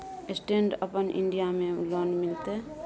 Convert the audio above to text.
Stand up India में loan मिलते?